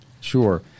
Sure